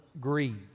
grieve